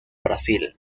brasil